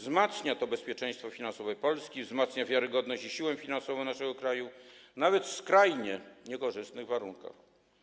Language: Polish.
Wzmacnia to bezpieczeństwo finansowe Polski, wzmacnia wiarygodność i siłę finansową naszego kraju, nawet w skrajnie niekorzystnych warunkach.